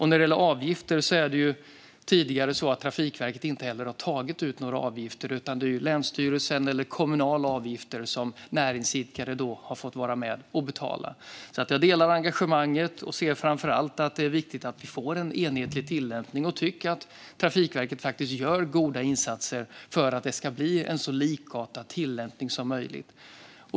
När det gäller avgifter tog Trafikverket tidigare inte ut några sådana, utan det är länsstyrelsens avgifter eller kommunala avgifter som näringsidkare har fått vara med och betala. Jag delar alltså engagemanget och anser framför allt att det är viktigt att vi får en enhetlig tillämpning, och jag tycker att Trafikverket gör goda insatser för att det ska bli en så likartad tillämpning som möjligt.